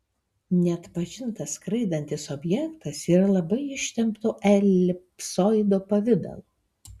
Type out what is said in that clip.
neatpažintas skraidantis objektas yra labai ištempto elipsoido pavidalo